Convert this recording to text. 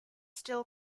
still